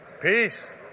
peace